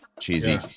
cheesy